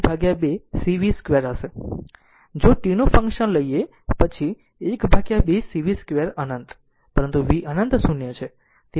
તે ખરેખર 12 c v 2 હશે જો tનું ફંકશન લે પછી 12 c v 2 અનંત પરંતુ v અનંત 0 છે